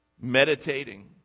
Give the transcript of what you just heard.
Meditating